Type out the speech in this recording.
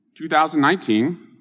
2019